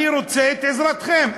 אני רוצה את עזרתכם,